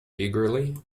eagerly